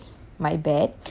was it crowded